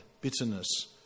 bitterness